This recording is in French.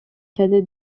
cadet